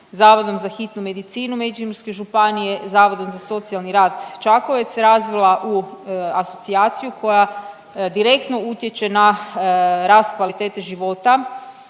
Zavodom za hitnu medicinu Međimurske županije, Zavodom za socijalni rad Čakovec, razvila u asocijaciju koja direktno utječe na rast kvalitete života